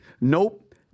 Nope